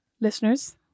listeners